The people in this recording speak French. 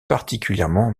particulièrement